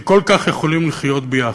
שכל כך יכולים לחיות יחד.